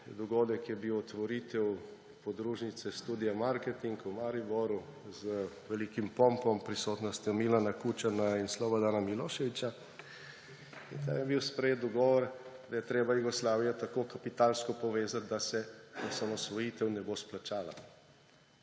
dogodek je bil otvoritev podružnice Studia Marketing v Mariboru z velikim pompom, ob prisotnosti Milana Kučana in Slobodana Miloševića. In tam je bil sprejet dogovor, da je treba Jugoslavijo tako kapitalsko povezati, da se osamosvojitev ne bo splačala.